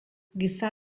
giza